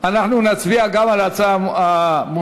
להצבעה, אנחנו נצביע גם על ההצעה המוצמדת.